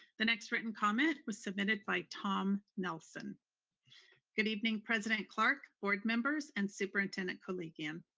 the next written comment was submitted by tom nelson good evening, president clark, board members, and superintendent koligian.